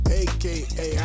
aka